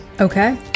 Okay